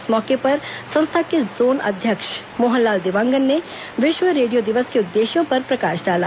इस मौके पर संस्था के जोन अध्यक्ष मोहनलाल देवांगन ने विश्व रेडियो दिवस के उद्देश्यों पर प्रकाश डाला